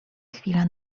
chwila